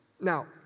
Now